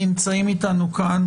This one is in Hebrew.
נמצאים אתנו כאן